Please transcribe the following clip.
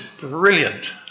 brilliant